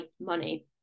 money